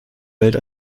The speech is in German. welt